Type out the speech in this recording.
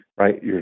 Right